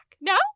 no